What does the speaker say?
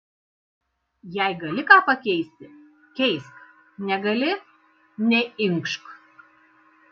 jei gali ką pakeisti keisk negali neinkšk